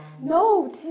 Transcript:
No